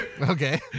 Okay